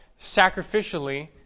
sacrificially